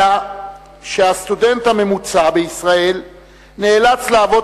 אלא שהסטודנט הממוצע בישראל נאלץ לעבוד